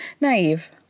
Naive